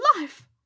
life